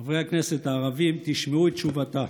חברי הכנסת הערבים, תשמעו את תשובתה.